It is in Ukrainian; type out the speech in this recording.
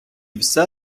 все